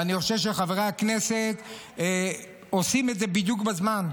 ואני חושב שחברי הכנסת עושים את זה בדיוק בזמן,